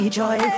joy